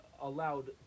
allowed